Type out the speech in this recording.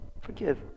forgive